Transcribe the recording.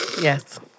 yes